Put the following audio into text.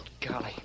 Golly